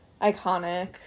Iconic